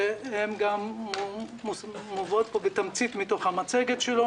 והן גם מובאות פה בתמצית מתוך המצגת שלו,